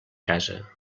casa